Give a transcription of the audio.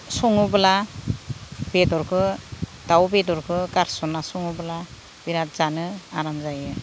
सङोब्ला बेदरखौ दाउ बेदरखौ गारसनना सङोब्ला बिरात जानो आराम जायो